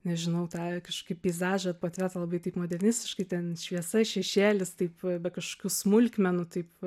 nežinau tą kažkokį peizažą portretą labai taip modernistiškai ten šviesa šešėlis taip kažkokių smulkmenų taip